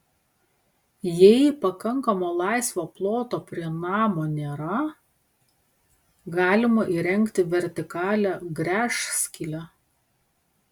jei pakankamo laisvo ploto prie namo nėra galima įrengti vertikalią gręžskylę